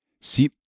See